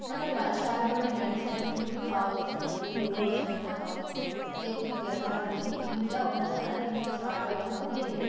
म्ह्ल्लें ग्राएं च शैल बंडी लैनी सब्ज़ी खु'ल्ली खाओ तुस भाई एह् बो मज़ा कन्नै खाओ इक दूऐ घर दिंदे जेह्की उं'दे होग उ'नें साढ़े देनी जेह्की साढ़े होऐ असें उ'नें ई देनी